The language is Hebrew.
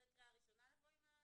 אחרי הקריאה הראשונה ------ אולי